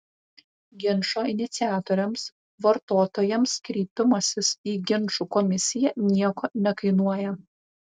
ginčo iniciatoriams vartotojams kreipimasis į ginčų komisiją nieko nekainuoja